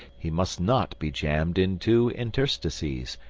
he must not be jammed into interstices,